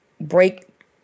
break